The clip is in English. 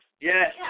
Yes